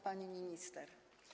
Pani Minister!